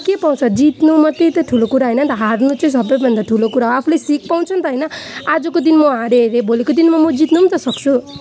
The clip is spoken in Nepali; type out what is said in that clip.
के पाउँछ जित्नु मात्र त ठुलो कुरा होइन नि त हार्नु चाहिँ सबभन्दा ठुलो कुरा हो आफूले सिख पाउँछ नि त होइन आजको दिन म हारेँ हरे भोलिको दिनमा म जित्नु त सक्छु